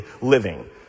living